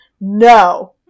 no